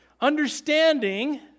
Understanding